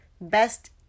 best